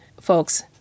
folks